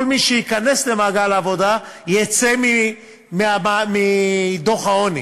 כל מי שייכנס למעגל העבודה יצא מדוח העוני.